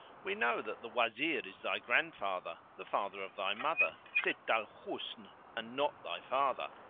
we know that the wazir is thy grandfather, the father of thy mother, sitt al-husn, and not thy father.